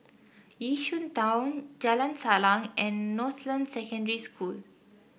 Yishun Town Jalan Salang and Northland Secondary School